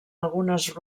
algunes